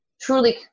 truly